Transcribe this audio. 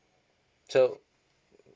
so err